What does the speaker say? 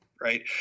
right